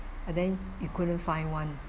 and then you couldn't find one